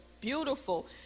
beautiful